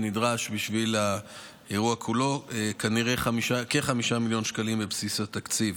נדרשים בשביל האירוע כולו כנראה כ-5 מיליון שקלים בבסיס התקציב.